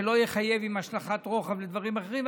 שלא יחייב השלכת רוחב ודברים אחרים,